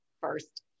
first